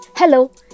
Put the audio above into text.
Hello